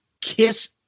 Kiss